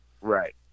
Right